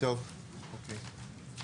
(היו"ר אוהד טל)